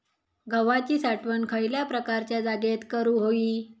गव्हाची साठवण खयल्या प्रकारच्या जागेत करू होई?